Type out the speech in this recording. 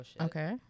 okay